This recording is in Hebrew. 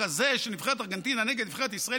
הזה של נבחרת ארגנטינה נגד נבחרת ישראל,